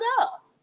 up